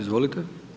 Izvolite.